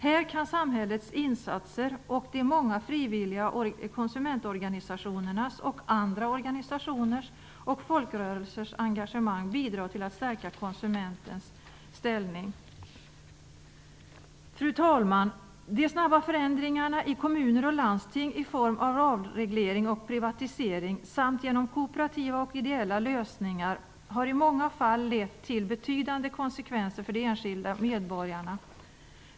Här kan samhällets insatser och engagemanget i de många frivilliga konsumentorganisationerna, i de andra organisationerna och i folkrörelserna bidra till att stärka konsumentens ställning. Fru talman! De snabba förändringarna i kommuner och landsting, i form av avreglering och privatisering samt genom kooperativa och ideella lösningar, har i många fall fått betydande konsekvenser för de enskilda medborgarna.